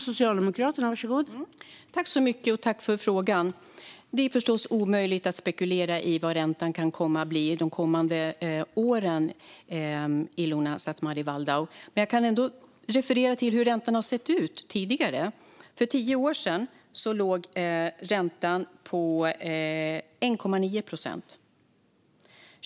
Fru talman! Jag tackar för frågan. Det är förstås omöjligt att spekulera i vad räntan kan komma att bli de kommande åren, Ilona Szatmari Waldau. Men jag kan ändå referera hur räntan har sett ut tidigare. För tio år sedan låg räntan på 1,9 procent.